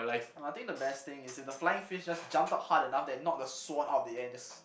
no I think the best thing is if the flying fish just jumped out hard enough that knocked the swan out of the air and just